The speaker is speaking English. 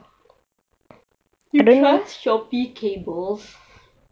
you trust Shopee cables